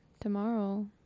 tomorrow